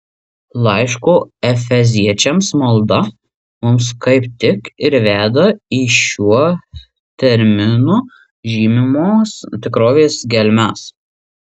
laiško efeziečiams malda mus kaip tik ir veda į šiuo terminu žymimos tikrovės gelmes